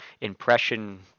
impression